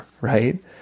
right